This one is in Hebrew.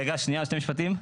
רגע, שנייה, שני משפטים.